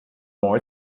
more